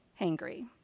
hangry